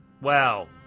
wow